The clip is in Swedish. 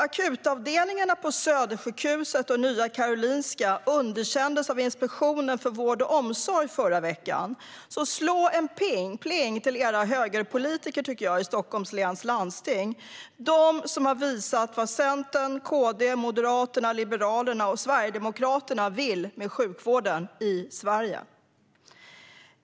Akutavdelningarna på Södersjukhuset och Nya Karolinska underkändes av Inspektionen för vård och omsorg förra veckan. Jag tycker att ni ska slå en pling till era högerpolitiker i Stockholms läns landsting. De har visat vad Centern, KD, Moderaterna, Liberalerna och Sverigedemokraterna vill med sjukvården i Sverige.